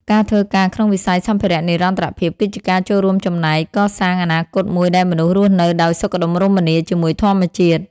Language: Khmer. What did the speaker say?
ការធ្វើការក្នុងវិស័យសម្ភារៈនិរន្តរភាព គឺជាការចូលរួមចំណែកកសាងអនាគតមួយដែលមនុស្សរស់នៅដោយសុខដុមរមនាជាមួយធម្មជាតិ។